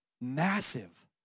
massive